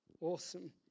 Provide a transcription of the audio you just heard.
Awesome